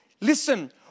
Listen